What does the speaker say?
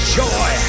joy